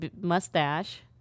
mustache